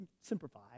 simplify